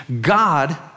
God